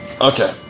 Okay